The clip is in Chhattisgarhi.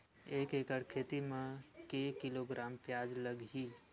एक एकड़ खेती म के किलोग्राम प्याज लग ही?